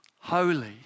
holy